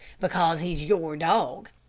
because he's your dog,